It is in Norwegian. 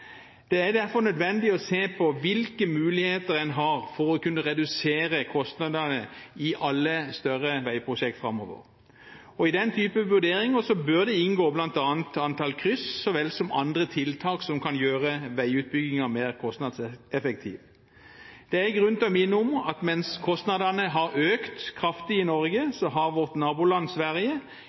Det er derfor nødvendig å se på hvilke muligheter en har for å kunne redusere kostnadene i alle større veiprosjekt framover. I den typen vurderinger bør det inngå bl.a. antall kryss så vel som andre tiltak som kan gjøre veiutbyggingen mer kostnadseffektiv. Det er grunn til å minne om at mens kostnadene har økt kraftig i Norge, har vårt naboland Sverige